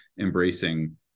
embracing